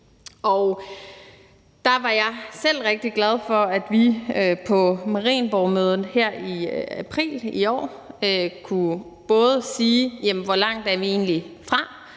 Og der var jeg selv rigtig glad for, at vi på Marienborgmødet her i april i år både kunne sige, hvor langt vi egentlig er